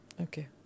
Okay